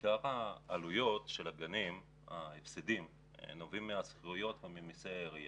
עיקר ההפסדים של הגנים נובעים מתשלום שכירויות וממסי עירייה.